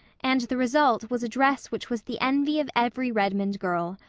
and the result was a dress which was the envy of every redmond girl.